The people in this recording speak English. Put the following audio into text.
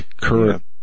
current